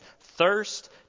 thirst